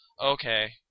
okay